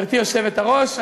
גברתי היושבת-ראש,